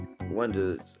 wonders